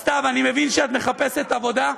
אז, סתיו, אני מבין שאת מחפשת עבודה.